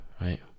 right